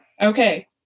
Okay